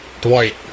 Dwight